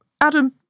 Adam